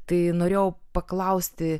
tai norėjau paklausti